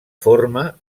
forma